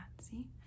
see